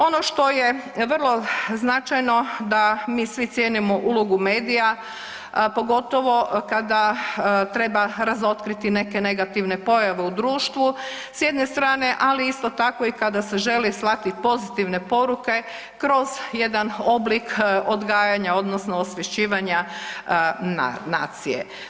Ono što je vrlo značajno da mi svi cijenimo ulogu medija, a pogotovo kada treba razotkriti neke negativne pojave u društvu s jedne strane, ali isto tako i kada se želi slati pozitivne poruke kroz jedan oblik odgajanja odnosno osvješćivanja nacije.